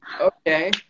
okay